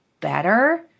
better